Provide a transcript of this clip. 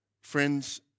Friends